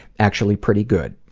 actually pretty good.